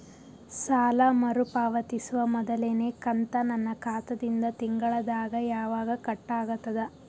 ಸಾಲಾ ಮರು ಪಾವತಿಸುವ ಮೊದಲನೇ ಕಂತ ನನ್ನ ಖಾತಾ ದಿಂದ ತಿಂಗಳದಾಗ ಯವಾಗ ಕಟ್ ಆಗತದ?